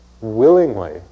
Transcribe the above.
willingly